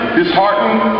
disheartened